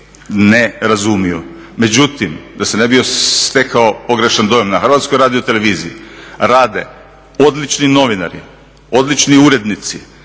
ne razumiju. Međutim, da se ne bi stekao pogrešan dojam, na Hrvatskoj radioteleviziji rade odlični novinari, odlični urednici.